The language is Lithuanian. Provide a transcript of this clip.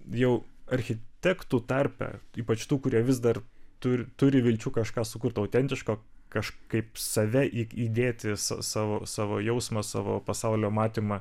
jau architektų tarpe ypač tų kurie vis dar turi turi vilčių kažką sukurt autentiško kažkaip save į įdėti savo savo jausmą savo pasaulio matymą